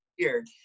weird